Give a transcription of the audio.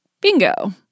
bingo